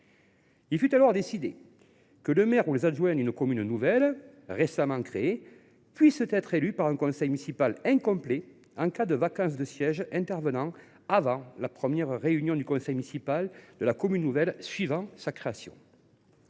Il fut alors décidé que le maire ou les adjoints d’une commune nouvelle récemment créée pourraient être élus par un conseil municipal incomplet en cas de vacance de sièges intervenant avant la première réunion du conseil municipal de la commune nouvelle suivant sa création.